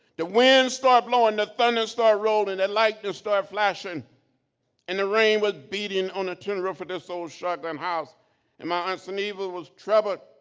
the winds started blowing, the thunders started rolling, and like the lightning started flashing and the rain was beating on a tin roof of this old shotgun house and my aunt suniva was troubled.